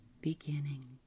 beginning